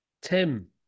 Tim